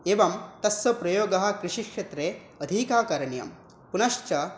एवं तस्य प्रयोगः कृषिक्षेत्रे अधिकः करणीयः पुनश्च